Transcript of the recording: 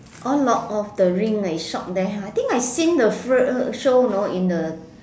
oh lord of the rings ah is shot there ha I think I seen the film show you know in the